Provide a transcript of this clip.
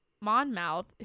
Monmouth